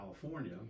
California